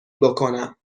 بکنم